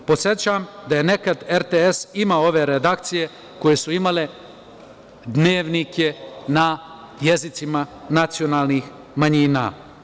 Podsećam da je nekad RTS imao ove redakcije koje su imale dnevnike na jezicima nacionalnih manjina.